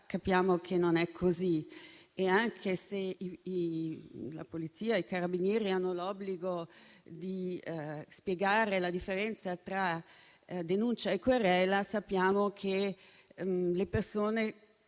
capiamo che non è così. Anche se la Polizia e i Carabinieri hanno l'obbligo di spiegare la differenza tra denuncia e querela, sappiamo che le persone